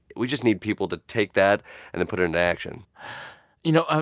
we just need people to take that and then put it into action you know, ah